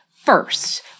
first